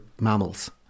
mammals